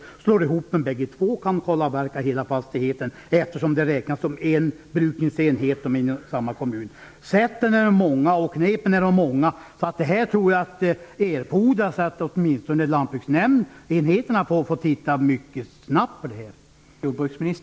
Man slår ihop dem och kan kalavverka hela fastigheten eftersom det räknas som en brukningsenhet om de ligger i samma kommun. Sätten och knepen är många. Jag tror att det erfordras att Lantbruksnämndens enheter tittar på detta mycket snabbt.